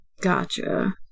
Gotcha